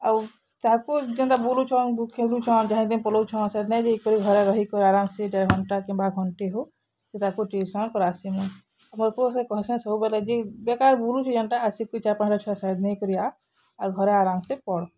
ଆଉ ତାହାକୁ ଯେନ୍ତା ବୁଲଉଛନ୍ ଖେଲୁଛନ୍ ଯହିଁଦେ ପଲଉଛନ୍ ସେଥିନାଇଁ ଯାଇକରି ଘରେ ରହିକରି ଆରାମ ସେ ଦେଢ଼ଘଣ୍ଟା କିମ୍ବା ଘଣ୍ଟେ ହଉ ସେଟାକୁ ଟିଉସନ୍ କରାଶି ମୁଇଁ ମୋର୍ ପୁଅ କେ କହିସିଂ ଯେନ୍ କାର ବୁଲୁଛି ଯେନ୍ଟା ଆସି ଚାର୍ ପାଞ୍ଚଟା ଛୁଆ ସାଙ୍ଗରେ ନେଇକରି ଆ ଆଉ ଘରେ ଆରାମସେ ପଢ୍